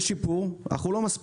יש שיפור, אך הוא לא מספיק.